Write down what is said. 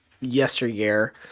yesteryear